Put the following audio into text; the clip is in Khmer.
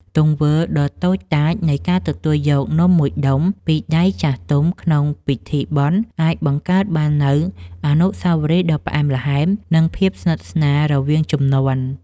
ទង្វើដ៏តូចតាចនៃការទទួលយកនំមួយដុំពីដៃចាស់ទុំក្នុងពិធីបុណ្យ អាចបង្កើតបាននូវអនុស្សាវរីយ៍ដ៏ផ្អែមល្ហែម និងភាពស្និទ្ធស្នាលរវាងជំនាន់។